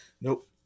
nope